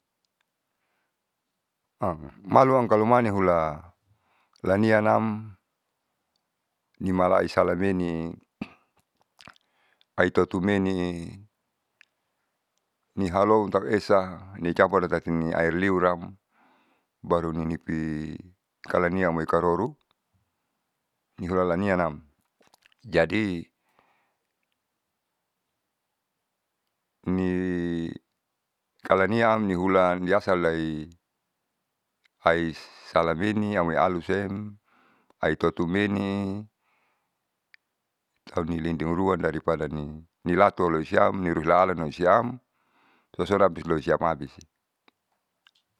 maluam kalumani hula lanianam nimalaisalameni, aitotumeni'i nihaloun tau esa ni capur tati ni air liuram baru ninipi kalo amoiliakaoro nihulalanianam jadi ni kalaniam nihulan yasalei haisalemeni amoi alusen aitotumeni tauni lindungi ruan dari padani nilatu aloisiam niruilaansiam lusiamabisi.